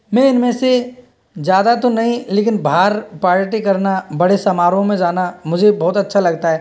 मैं इनमें से ज़्यादा तो नहीं लेकिन बाहर पार्टी करना बड़े समारोह में जाना मुझे बहुत अच्छा लगता है